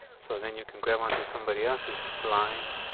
so then you can grab onto somebody else's line.